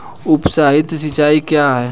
उपसतही सिंचाई क्या है?